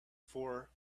for